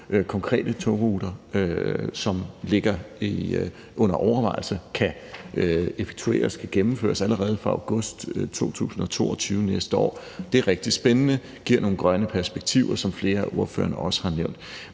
konkrete togruter, som er under overvejelse, kan effektueres og gennemføres allerede fra august 2022, altså næste år. Det er rigtig spændende og giver nogle grønne perspektiver, som flere af ordførerne også har nævnt.